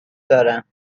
دارم